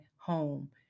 home